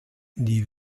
die